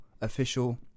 Official